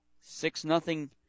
Six-nothing